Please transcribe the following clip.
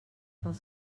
els